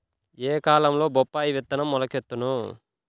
ఏ కాలంలో బొప్పాయి విత్తనం మొలకెత్తును?